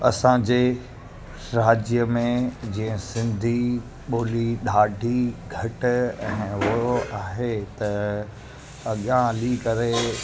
असांजे राज्य में जीअं सिंधी ॿोली ॾाढी घटि ऐं उओ आहे त अॻियां हली करे